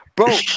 Bro